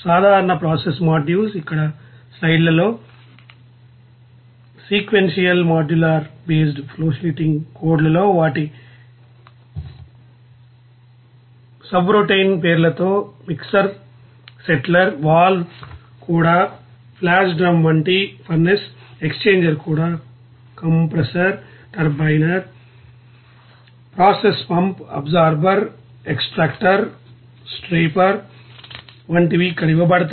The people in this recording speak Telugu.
సాధారణ ప్రాసెస్ మాడ్యూల్స్ ఇక్కడ స్లయిడ్లలో సీక్వెన్షియల్ మాడ్యులర్ బేస్ ఫ్లోషీటింగ్ కోడ్లలో వాటి సబ్రౌటిన్ పేర్లతో మిక్సర్ స్ప్లిటర్ వాల్వ్ కూడా ఫ్లాష్ డ్రమ్ వంటి ఫర్నేస్ ఎక్స్ఛేంజర్ కూడా compressor turbine process pump absorber extractor stripper వంటివి ఇక్కడ ఇవ్వబడ్డాయి